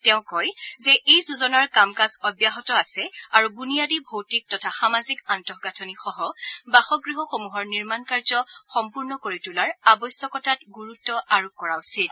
তেওঁ কয় যে এই যোজনাৰ কাম কাজ অব্যাহত আছে আৰু বুনিয়াদী ভৌতিক তথা সামাজিক আন্তঃগাঁথনিসহ বাসগৃহসমূহৰ নিৰ্মাণ কাৰ্য সম্পূৰ্ণ কৰি তোলাৰ আৱশ্যকতাত গুৰুত্ব আৰোপ কৰা উচিত